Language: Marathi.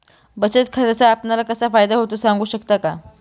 बचत खात्याचा आपणाला कसा फायदा होतो? सांगू शकता का?